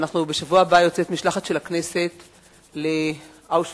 בשבוע הבא יוצאת משלחת של הכנסת לאושוויץ.